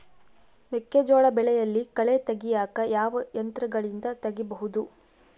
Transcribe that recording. ಮೆಕ್ಕೆಜೋಳ ಬೆಳೆಯಲ್ಲಿ ಕಳೆ ತೆಗಿಯಾಕ ಯಾವ ಯಂತ್ರಗಳಿಂದ ತೆಗಿಬಹುದು?